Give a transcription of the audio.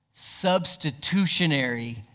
substitutionary